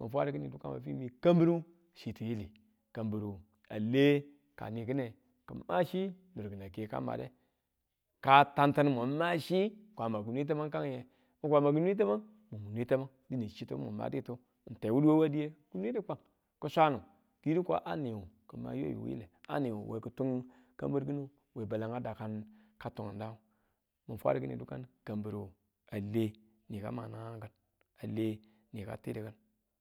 n fwadu kinin dukan mi kambiru chi tiyili kambiru ale ka ni kine kima chi nur a ke ka made ka tantin mun ma chi kwama ki nwe tamange n kwama ki nwe tamang mun mi nwe taman dine chitu mun madittu, n tewuduwe wa deye ki nwe kwan, ki swanu ki yidi ko a niwu kima yayu wu wile a niwu we ki tum kambir ki̱ne we balanga dakanang ka tumun dangu min fwadu ki̱ni dukan kambiru a le ni ka naang ki̱n, a le ni ka tidu ki̱n.